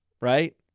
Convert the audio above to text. right